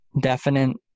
definite